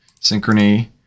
Synchrony